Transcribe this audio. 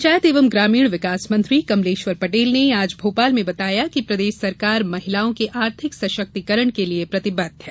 पंचायत एवं ग्रामीण विकास मंत्री कमलेश्वर पटेल ने आज भोपाल में बताया कि प्रदेश सरकार महिलाओं के आर्थिक सशक्तिकरण के लिये प्रतिबद्ध है